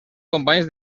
companys